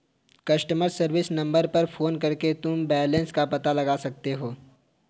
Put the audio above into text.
customer service number पर phone करके तुम बैलन्स का पता लगा सकते हो